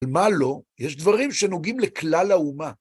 מה לא? יש דברים שנוגעים לכלל האומה.